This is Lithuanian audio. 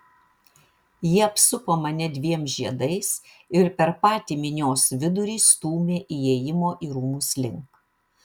jie apsupo mane dviem žiedais ir per patį minios vidurį stūmė įėjimo į rūmus link